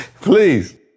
Please